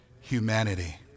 humanity